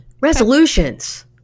resolutions